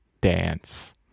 dance